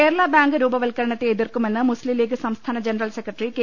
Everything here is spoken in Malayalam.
കേരള ബാങ്ക് രൂപവത്കരണത്തെ എതിർക്കുമെന്ന് മുസ്ലിം ലീഗ് സംസ്ഥാന ജനറൽ സെക്രട്ടറി കെ